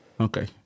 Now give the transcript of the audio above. okay